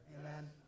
Amen